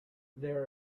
there